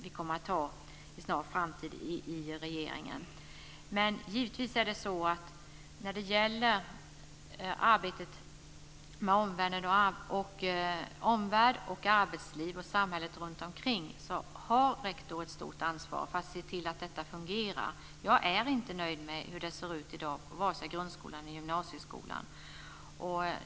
Vi kommer att fatta beslut om detta inom en snar framtid i regeringen. Givetvis är det så när det gäller arbetet med omvärld, arbetsliv och samhället runt omkring att rektor har ett stort ansvar för att se till att det fungerar. Jag är inte nöjd med hur det ser ut i dag i vare sig grundskolan eller gymnasieskolan.